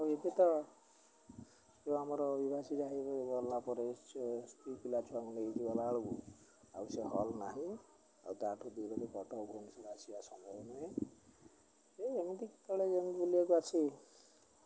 ଆଉ ଏବେ ତ ଯ ଆମର ବିବାହ ହେଇଗଲା ପରେ ସ୍ତ୍ରୀ ପିଲା ଛୁଆଙ୍କୁ ନେଇଛି ଗଲା ବେଳକୁ ଆଉ ସେ ହଲ ନାହିଁ ଆଉ ତାଠୁ ଦି ଗଳି ଆସିବା ସମୟ ନୁହେଁ ଏ ଏମିତି କଲେ ଯେମିତି ବୁଲିବାକୁ ଅଛି